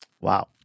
Wow